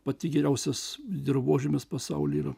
pati geriausias dirvožemis pasaulyje yra